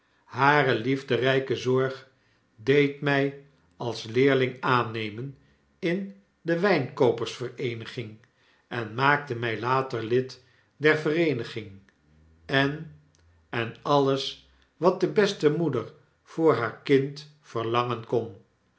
hare liefderyke zorg deed mij als leerling aannemen in de wynkoopers-vereeniging en maakte my later lid dier vereeniging en en alles wat de beste moeder voor haar kind verlangen kon